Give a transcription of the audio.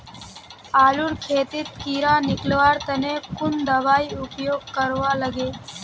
आलूर खेतीत कीड़ा निकलवार तने कुन दबाई उपयोग करवा लगे?